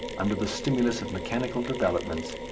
under the stimulus of mechanical developments,